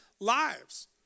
lives